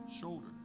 shoulder